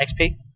XP